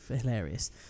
hilarious